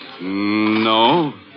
No